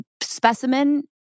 specimen